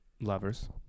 lovers